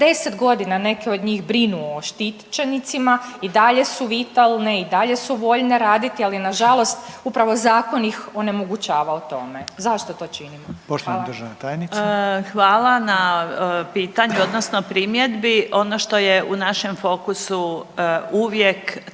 40 godina neke od njih brinu o štićenicima i dalje su vitalne i dalje su voljne raditi. Ali na žalost upravo zakon ih onemogućava u tome. Zašto to činimo? Hvala. **Reiner, Željko (HDZ)** Poštovana državna tajnica. **Pletikosa, Marija** Hvala na pitanju, odnosno primjedbi. Ono što je u našem fokusu uvijek to